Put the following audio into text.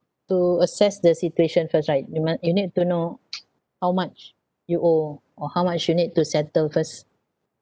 to assess the situation first right you might you need to know how much you owe or how much you need to settle first